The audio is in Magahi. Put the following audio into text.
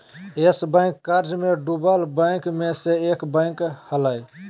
यस बैंक कर्ज मे डूबल बैंक मे से एक बैंक हलय